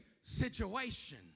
situation